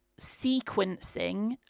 sequencing